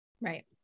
Right